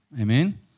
Amen